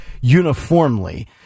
uniformly